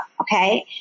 Okay